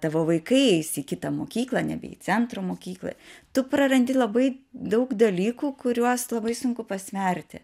tavo vaikai eis į kitą mokyklą nebe į centro mokyklą tu prarandi labai daug dalykų kuriuos labai sunku pasverti